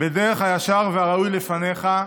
בדרך הישר והרצוי לפניך",